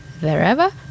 wherever